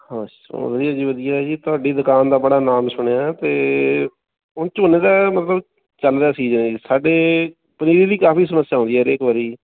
ਅੱਛਾ ਵਧੀਆ ਜੀ ਵਧੀਆ ਜੀ ਤੁਹਾਡੀ ਦੁਕਾਨ ਦਾ ਬੜਾ ਨਾਮ ਸੁਣਿਆ ਅਤੇ ਹੁਣ ਝੋਨੇ ਦਾ ਮਤਲਬ ਚੱਲ ਰਿਹਾ ਸੀਜਨ ਜੀ ਸਾਡੇ ਪਨੀਰੀ ਦੀ ਕਾਫ਼ੀ ਸਮੱਸਿਆ ਆਉਂਦੀ ਹਰੇਕ ਵਾਰ